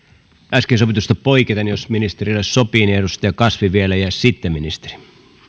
äsken sovitusta poiketen jos ministerille sopii edustaja kasvi vielä ja sitten ministeri kiitos